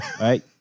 right